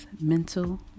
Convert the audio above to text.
Mental